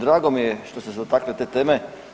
Drago mi je što ste se dotakli te teme.